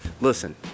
listen